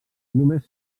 només